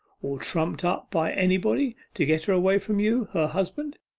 or trumped up by anybody to get her away from you, her husband,